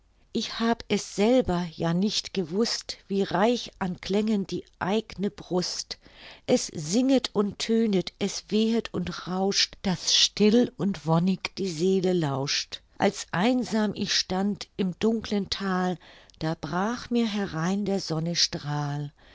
ich hab es selber ja nicht gewußt wie reich an klängen die eigne brust es singet und tönet es wehet und rauscht daß still und wonnig die seele lauscht als einsam ich stand im dunklen thal da brach mir herein der sonne strahl